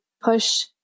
push